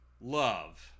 Love